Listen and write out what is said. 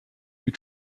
you